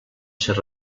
ser